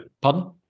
pardon